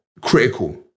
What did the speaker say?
critical